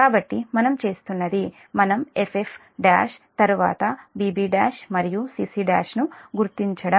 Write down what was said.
కాబట్టి మనం చేస్తున్నది మనం F F1 తరువాత b b1 మరియు c c1 ను గుర్తించడం